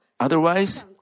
Otherwise